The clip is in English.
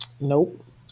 Nope